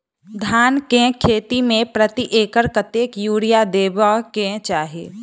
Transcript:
धान केँ खेती मे प्रति एकड़ कतेक यूरिया देब केँ चाहि?